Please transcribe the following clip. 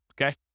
Okay